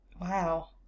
Wow